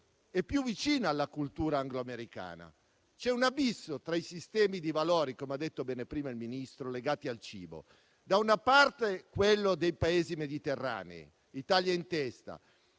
è più vicina alla cultura angloamericana. C'è un abisso tra i sistemi di valori legati al cibo, come ha detto bene prima il Ministro: da una parte, quello dei Paesi mediterranei, Italia in testa,